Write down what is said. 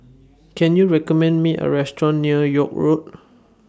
Can YOU recommend Me A Restaurant near York Road